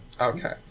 Okay